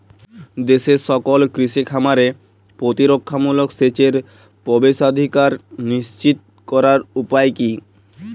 দেশের সকল কৃষি খামারে প্রতিরক্ষামূলক সেচের প্রবেশাধিকার নিশ্চিত করার উপায় কি?